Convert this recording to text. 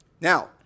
Now